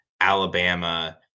Alabama